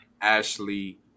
Ashley